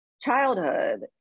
childhood